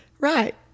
Right